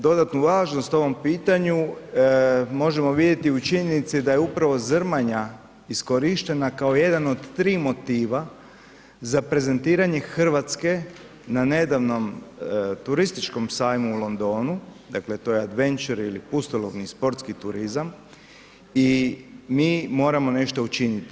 Dodatnu važnost ovom pitanju možemo vidjeti u činjenici da je upravo Zrmanja iskorištena kao jedan od tri motiva za prezentiranje Hrvatske na nedavnom Turističkom sajmu u Londonu, dakle to je adventure ili pustolovni sportski turizam i mi moramo nešto učiniti.